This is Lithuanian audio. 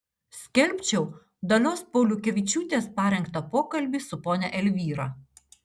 skelbčiau dalios pauliukevičiūtės parengtą pokalbį su ponia elvyra